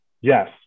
yes